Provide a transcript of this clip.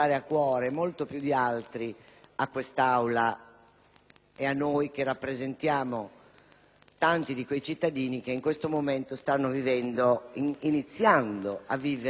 e a noi che rappresentiamo tanti di quei cittadini che in questo momento stanno iniziando a vivere gli effetti della pesante crisi economica